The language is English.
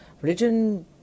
religion